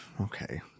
okay